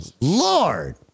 Lord